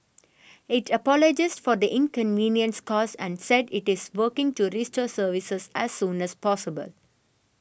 it apologised for the inconvenience caused and said it is working to restore services as soon as possible